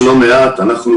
יש לא מעט כאלה,